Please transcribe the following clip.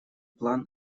план